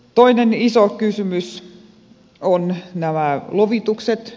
toinen iso kysymys on nämä luvitukset